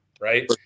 right